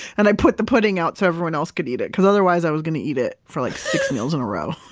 and i put the pudding out so everyone else could eat it because otherwise i was going to eat it for like six meals in a row